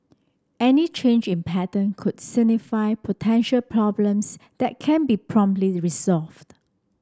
any change in pattern could signify potential problems that can be promptly resolved